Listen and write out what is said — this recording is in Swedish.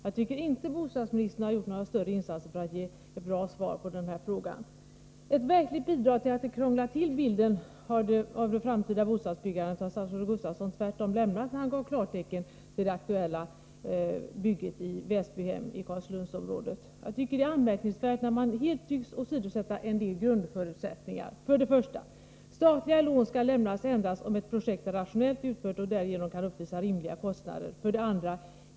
Jag tycker inte att bostadsministern har gjort några större insatser för att ge ett bra svar på den här frågan. Ett verkligt bidrag när det gäller att krångla till bilden av det framtida bostadsbyggandet har statsrådet Gustafsson tvärtom lämnat när han gav klartecken till Väsbyhems aktuella bygge i Carlslundsområdet. Jag tycker att det är anmärkningsvärt när man helt tycks åsidosätta en del grundförutsättningar. 1. Statliga lån skall lämnas endast om ett projekt är rationellt utfört och därigenom kan uppvisa rimliga kostnader. 2.